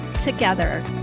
together